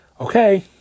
Okay